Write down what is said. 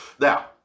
Now